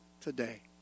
today